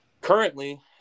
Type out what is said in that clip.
Currently